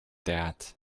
that